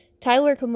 Tyler